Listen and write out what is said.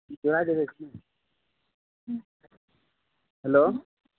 hello